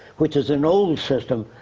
which is an old system.